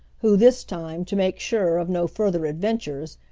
who, this time, to make sure of no further adventures,